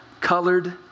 colored